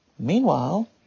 Meanwhile